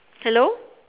hello